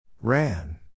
Ran